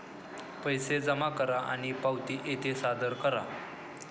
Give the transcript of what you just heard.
पैसे जमा करा आणि पावती येथे सादर करा